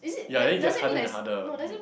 ya then it gets harder and harder